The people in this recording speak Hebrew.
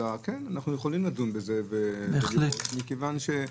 אלא כן לדון בזה בכובד ראש.